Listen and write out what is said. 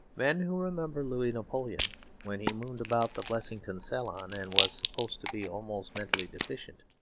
men who remembered louis napoleon when he mooned about the blessington salon, and was supposed to be almost mentally deficient,